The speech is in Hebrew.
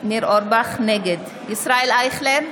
נגד ישראל אייכלר,